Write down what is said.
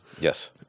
Yes